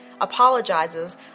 apologizes